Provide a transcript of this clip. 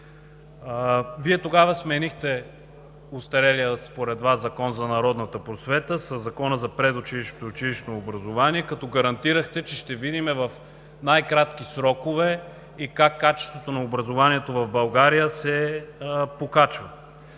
Вие тогава сменихте остарелия според Вас Закон за народната просвета със Закона за предучилищното и училищно образование, като гарантирахте, че ще видим в най-кратки срокове как качеството на образованието в България се покачва.